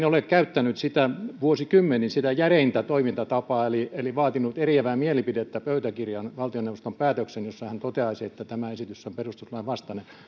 ole käyttänyt vuosikymmeniin sitä järeintä toimintatapaa eli eli vaatinut eriävää mielipidettä pöytäkirjaan valtioneuvoston päätökseen jossa hän toteaisi että tämä esitys on perustuslain vastainen